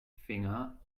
finger